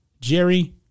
Jerry